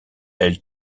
elle